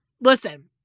listen